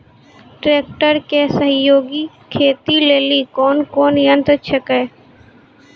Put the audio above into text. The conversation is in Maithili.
ट्रेकटर के सहयोगी खेती लेली कोन कोन यंत्र छेकै?